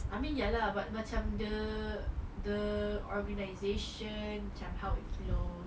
I mean ya lah but macam the the organization macam how it flows